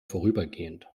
vorübergehend